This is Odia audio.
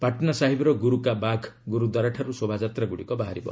ପାଟନା ସାହିବ୍ର ଗୁରୁ କା ବାଘ୍ ଗୁରୁଦ୍ୱାରାଠାରୁ ଶୋଭାଯାତ୍ରାଗୁଡ଼ିକ ବାହାରିବ